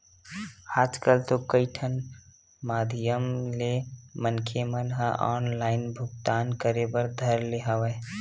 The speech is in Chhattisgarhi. आजकल तो कई ठन माधियम ले मनखे मन ह ऑनलाइन भुगतान करे बर धर ले हवय